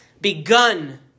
begun